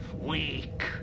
weak